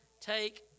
take